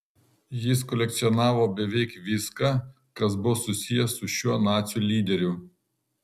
jis kolekcionavo beveik viską kas buvo susiję su šiuo nacių lyderiu